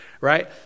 right